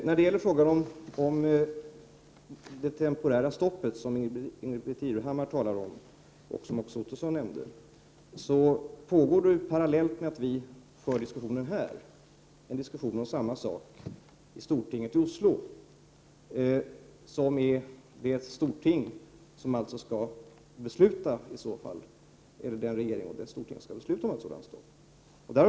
När det gäller frågan om temporärt stopp, som Ingbritt Irhammar talade om och som även Roy Ottosson nämnde, pågår parallellt med den diskussion vi för här en diskussion om samma sak i Stortinget i Oslo, som alltså är den instans som skall fatta beslutet.